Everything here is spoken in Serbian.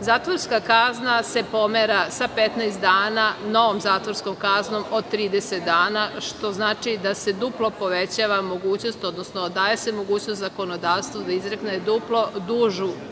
zatvorska kazna se pomera sa 15 dana novom zatvorskom kaznom od 30 dana, što znači da se duplo povećava mogućnost, odnosno daje se mogućnost zakonodavstvu da izrekne duplo dužu